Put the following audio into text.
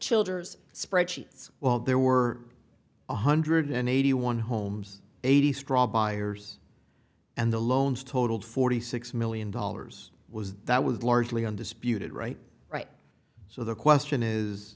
childers spreadsheets well there were one hundred eighty one homes eighty straw buyers and the loans totaled forty six million dollars was that was largely undisputed right right so the question is